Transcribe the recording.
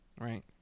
right